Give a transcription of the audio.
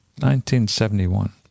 1971